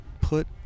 put